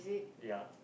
ya